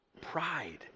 Pride